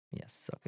Yes